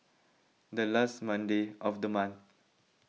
the last Monday of the month